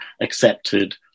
accepted